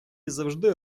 завжди